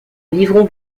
livron